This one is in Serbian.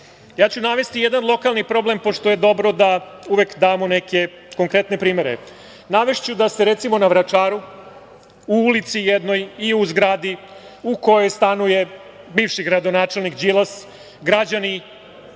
navešću jedan lokalni problem, pošto je dobro da uvek damo neke konkretne primere. Navešću da se recimo, na Vračaru, u ulici jednoj i u zgradi u kojoj stanuje bivši gradonačelnik Đilas, građani